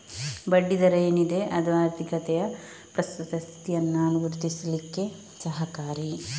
ಬಡ್ಡಿ ದರ ಏನಿದೆ ಅದು ಆರ್ಥಿಕತೆಯ ಪ್ರಸ್ತುತ ಸ್ಥಿತಿಯನ್ನ ಗುರುತಿಸ್ಲಿಕ್ಕೆ ಸಹಕಾರಿ